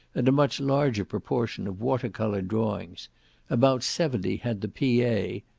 and a much larger proportion of water-colour drawings about seventy had the p a.